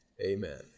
Amen